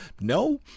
no